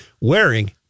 wearing